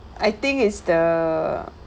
I think is the